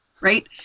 Right